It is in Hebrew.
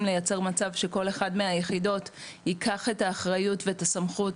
לייצר מצב שכל אחד מהיחידות ייקח את האחריות ואת הסמכות